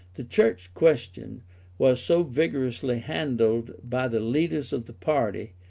the church question was so vigorously handled by the leaders of the party,